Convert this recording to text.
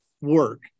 work